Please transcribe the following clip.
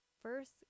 First